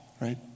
right